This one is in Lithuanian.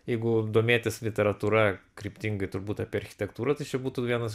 jeigu domėtis literatūra kryptingai turbūt apie architektūrą tai čia būtų vienas